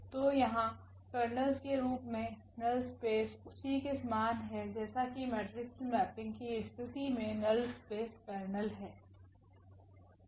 तो यहाँ कर्नेलस के रूप में नल स्पेस उसी के समान है जैसा की मेट्रिक्स मैपिंग की स्थिति में नल स्पेस कर्नेल है